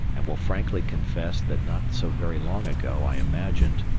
and will frankly confess that not so very long ago i imagined,